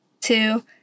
two